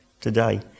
today